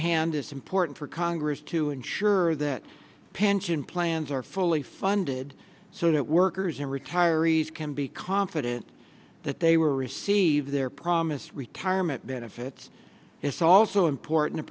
hand it's important for congress to ensure that pension plans are fully funded so that workers and retirees can be confident that they were receive their promised retirement benefits it's also important to